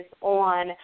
on